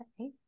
Okay